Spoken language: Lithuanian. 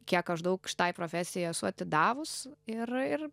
kiek aš daug šitai profesijai esu atidavus ir ir